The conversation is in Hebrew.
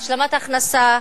השלמת הכנסה,